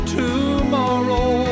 tomorrow